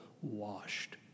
washed